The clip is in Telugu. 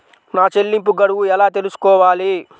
నా చెల్లింపు గడువు ఎలా తెలుసుకోవాలి?